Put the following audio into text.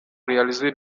réalisées